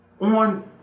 on